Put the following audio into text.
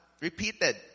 repeated